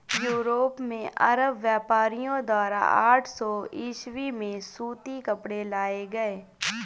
Europe में अरब व्यापारियों द्वारा आठ सौ ईसवी में सूती कपड़े लाए गए